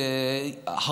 לצערי,